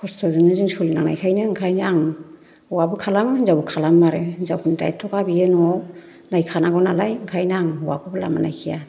खस्थ'जोंनो जों सोलिनांनायखायनो ओंखायनो आं हौवाबो खालामो हिन्जावबो खालामो आरो हिन्जावफोरनि दायबा एथ'बा बियो न'आव नायखानांगौ नालाय ओंखायनो आं हौवाफोरखौ लामा नायखाया